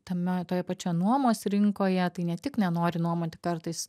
tame toje pačioje nuomos rinkoje tai ne tik nenori nuomoti kartais